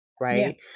right